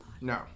No